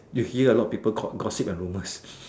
you hear a lot of people con~ gossip and rumour